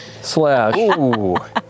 Slash